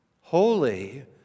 Holy